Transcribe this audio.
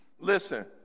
Listen